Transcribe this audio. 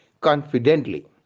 confidently